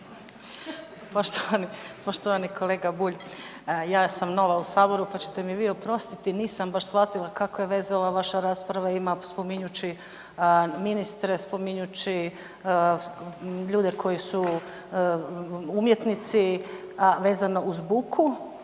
Poštovani kolega Bulj. Ja sam nova u Saboru pa ćete vi mi oprostiti, nisam vaš shvatila kakve veze ova vaša rasprava ima spominjući ministre, spominjući ljude koji su umjetnici, a vezno uz buku